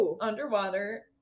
underwater